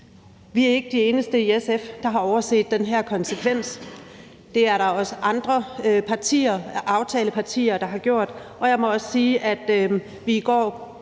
i SF ikke de eneste, der har overset den her konsekvens. Det er der også andre aftalepartier, der har gjort, og jeg må også sige, at vi i går